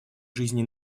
жизни